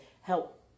help